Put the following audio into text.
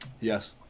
Yes